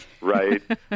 Right